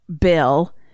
Bill